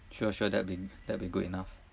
sure sure that would be that would be good enough